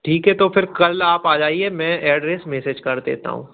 ठीक है तो फिर कल आप आ जाइए मैं एड्रेस मैसेज कर देता हूँ